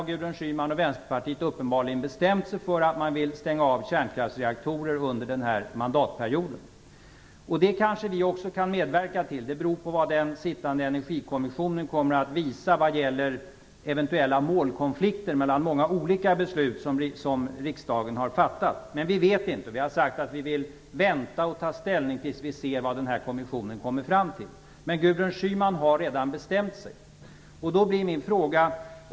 Gudrun Schyman och Vänsterpartiet har uppenbarligen bestämt sig för att man vill stänga av kärnkraftsreaktorer under den här mandatperioden. Det kanske vi också kan medverka till. Det beror på vad den sittande energikommissionen kommer att visa vad gäller eventuella målkonflikter mellan många olika beslut som riksdagen har fattat. Vi har sagt att vi vill vänta med att ta ställning tills vi har sett vad den här kommissionen kommer fram till. Men Gudrun Schyman har redan bestämt sig.